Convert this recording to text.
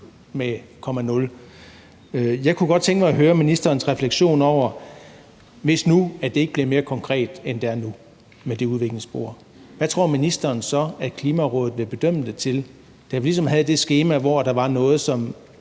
tal. Jeg kunne godt tænke mig høre ministerens refleksionen, i forhold til hvis det nu ikke bliver mere konkret, end det er nu med det udviklingsspor. Hvad tror ministeren så Klimarådet vil bedømme det til? Vi havde ligesom et skema, hvor der var noget, som